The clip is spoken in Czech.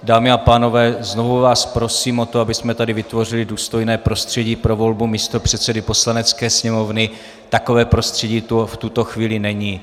Dámy a pánové, znovu vás prosím o to, abychom tady vytvořili důstojné prostředí pro volbu místopředsedy Poslanecké sněmovny, takové prostředí tu v tuto chvíli není.